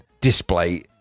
display